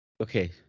okay